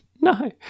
No